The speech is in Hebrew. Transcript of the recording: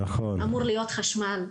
אמור להיות חשמל.